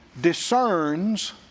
discerns